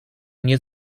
nie